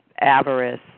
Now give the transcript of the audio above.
avarice